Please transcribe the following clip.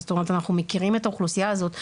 זאת אומרת אנחנו מכירים את האוכלוסייה הזאת,